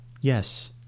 yes